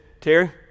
terry